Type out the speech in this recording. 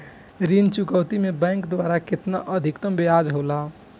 ऋण चुकौती में बैंक द्वारा केतना अधीक्तम ब्याज होला?